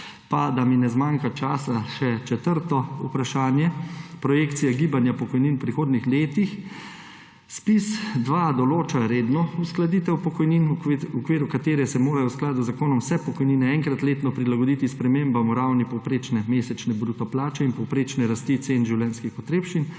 Pa da mi ne zmanjka časa, še četrto vprašanje, projekcije gibanja pokojnin v prihodnjih letih. ZPIZ-2 določa redno uskladitev pokojnin, v okviru katere se morajo v skladu z zakonom vse pokojnine enkrat letno prilagoditi spremembam v ravni povprečne mesečne bruto plače in povprečne rasti cen življenjskih potrebščin.